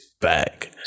back